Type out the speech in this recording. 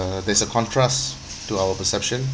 there's a contrast to our perception